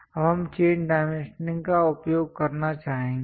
अब हम chain dimensioning का उपयोग करना चाहेंगे